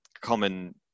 common